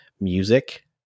music